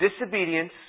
disobedience